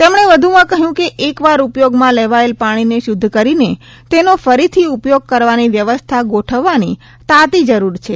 તેમણે વધુમાં કહ્યું કે એકવાર ઉપયોગમાં લેવાયેલ પાણીને શુદ્ધ કરીને તેનો ફરીથી ઉપયોગ કરવાની વ્યવસ્થા ગોઠવવાની તાતી જરૂર છે